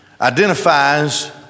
identifies